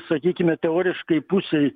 sakykime teoriškai pusei